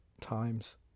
times